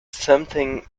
something